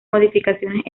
modificaciones